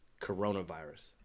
coronavirus